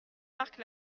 marque